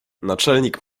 naczelnik